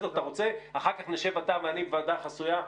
אתה רוצה, אחר כך נשב אתה ואני בוועדה החסויה,